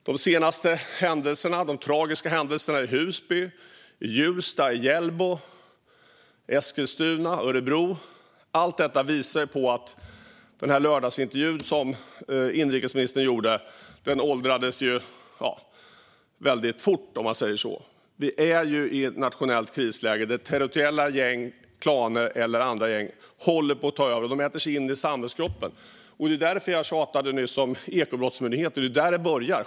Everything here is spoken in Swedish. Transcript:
De senaste tragiska händelserna i Husby, Hjulsta, Hjällbo, Eskilstuna och Örebro visar tydligt att intervjun med inrikesministern i Ekots lördagsintervju åldrades väldigt fort. Vi är i ett nationellt krisläge där territoriella gäng, klaner eller andra gäng håller på att ta över. De äter sig in i samhällskroppen. Det var därför som jag nyss tjatade om Ekobrottsmyndigheten. Det är där det börjar.